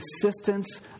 assistance